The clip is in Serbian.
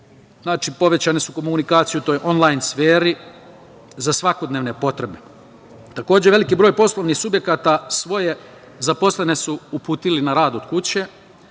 znači, povećane su komunikacije u toj onlajn sferi za svakodnevne potrebe. Takođe, veliki broj poslovnih subjekata svoje zaposlene su uputili na rad od kuće,